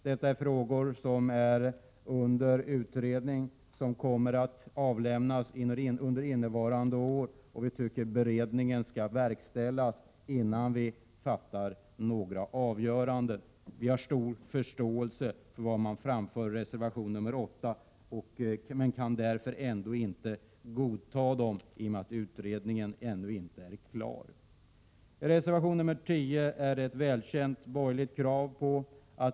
Detta är frågor som är under utredning, och betänkandet kommer att avlämnas under innevarande år. Vi tycker att ärendet skall beredas innan vi träffar några avgöranden. Vi har stor förståelse för vad som framförs i reservation nr 8 men kan ändå inte godta de resonemangen, eftersom utredningen ännu inte är klar. I reservation nr 9 framförs ett välkänt borgerligt krav.